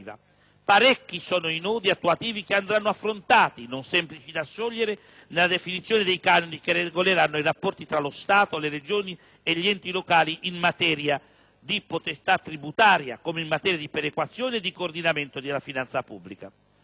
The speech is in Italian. Parecchi sono i nodi attuativi che andranno affrontati, non semplici da sciogliere, nella definizione dei canoni che regoleranno i rapporti tra lo Stato, le Regioni e gli enti locali in materia di potestà tributaria, come in materia di perequazione e di coordinamento della finanza pubblica.